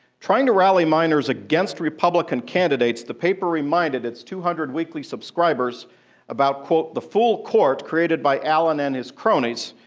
trying to rally miners against republican candidates, the paper reminded its two hundred weekly subscribers about the full court created by allen and his cronies,